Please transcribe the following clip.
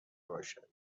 باشد